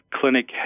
clinic